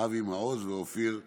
אבי מעוז ואופיר סופר.